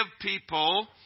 people